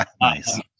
Nice